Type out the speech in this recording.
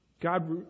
God